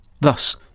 Thus